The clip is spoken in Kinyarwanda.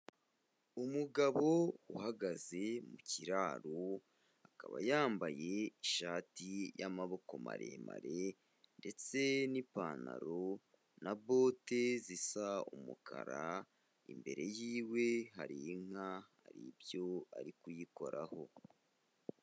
Umugabo uhagaze mu kiraro, akaba yambaye ishati y'amaboko maremare ndetse n'ipantaro na bote zisa umukara, imbere y'iwe hari inka, hari ibyo ari kuyikoraho.